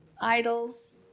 idols